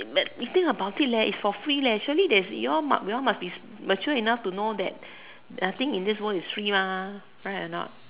but you think about it is for free actually there is you'all must we all must be mature enough to know that nothing in this world is free correct or not